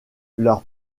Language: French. leur